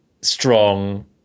strong